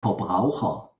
verbraucher